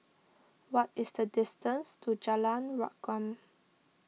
what is the distance to Jalan Rukam